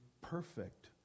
perfect